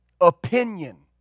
Opinion